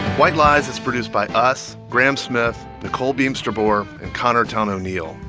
white lies is produced by us, graham smith, nicole beemsterboer and connor towne o'neill,